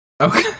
Okay